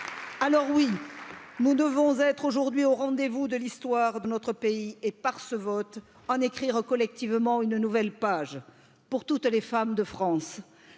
Alors oui, nous devons être aujourd'hui au rendez vous de l'histoire de notre pays et, par ce vote, en écrire collectivement une nouvelle page les femmes de France